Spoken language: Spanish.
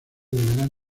deberán